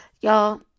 Y'all